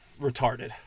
retarded